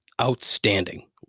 Outstanding